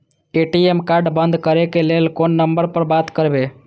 ATM card बंद करे के लेल कोन नंबर पर बात करबे?